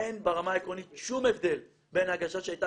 אין ברמה העקרונית שום הבדל בין ההגשה שהייתה